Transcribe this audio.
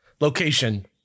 location